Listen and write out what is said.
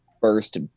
first